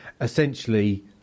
essentially